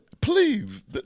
Please